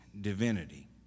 divinity